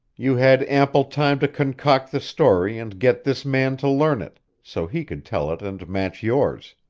you had ample time to concoct the story and get this man to learn it, so he could tell it and match yours.